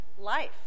life